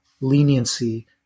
leniency